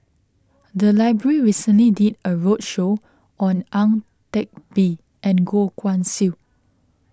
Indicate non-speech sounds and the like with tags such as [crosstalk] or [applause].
the library recently did a roadshow on Ang Teck [noise] Bee and Goh Guan Siew